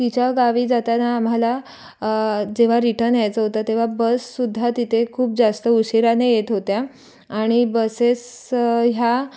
तिच्या गावी जाताना आम्हाला जेव्हा रिटर्न यायचं होत तेव्हा बससुद्धा तिथे खूप जास्त उशिराने येत होत्या आणि बसेस ह्या